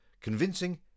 convincing